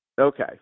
Okay